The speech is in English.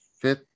Fifth